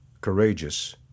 courageous